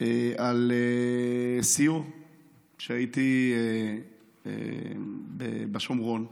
על סיור שהייתי בו, בשומרון,